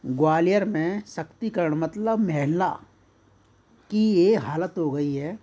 ग्वालियर में सशक्तिकरण मतलब महिला की यह हालत हो गई है